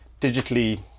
digitally